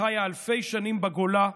שחיה אלפי שנים בגולה,